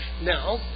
Now